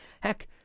Heck